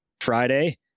friday